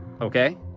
Okay